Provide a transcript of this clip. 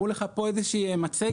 הראו לך פה איזושהי מצגת.